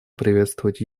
приветствовать